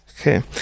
Okay